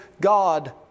God